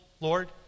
Lord